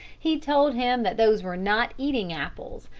he told him that those were not eating-apples,